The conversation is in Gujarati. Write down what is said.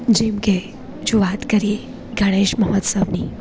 જેમકે જો વાત કરીએ ગણેશ મહોત્સવની